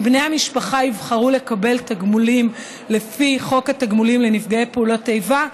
אם בני המשפחה יבחרו לקבל תגמולים לפי חוק התגמולים לנפגעי פעולות איבה,